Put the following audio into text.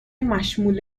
مشمول